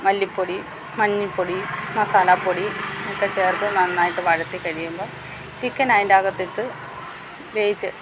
മല്ലിപ്പൊടി മഞ്ഞൾപ്പൊടി മസാലാപ്പൊടി ഒക്കെ ചേര്ത്ത് നന്നായിട്ട് വഴട്ടിക്കഴിയുമ്പം ചിക്കനയിന്റകത്തിട്ട് വേവിച്ച്